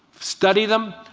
study them.